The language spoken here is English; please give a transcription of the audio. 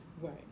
Right